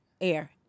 air